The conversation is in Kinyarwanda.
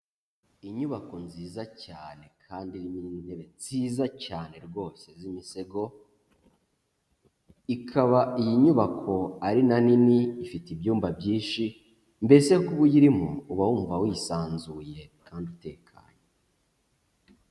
Inyubako nziza cyane kandi irimo intebe nziza cyane rwose z'imisego, ikaba iyi nyubako ari na nini ifite ibyumba byinshi mbese kuba uyirimo uba wumva wisanzuye kandi utekanye.